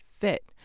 fit